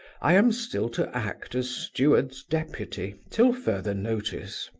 i am still to act as steward's deputy till further notice.